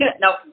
Nope